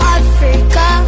africa